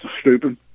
stupid